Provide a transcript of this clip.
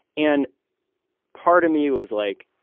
and part of me was like,